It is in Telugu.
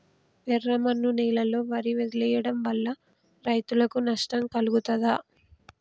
ఎర్రమన్ను నేలలో వరి వదిలివేయడం వల్ల రైతులకు నష్టం కలుగుతదా?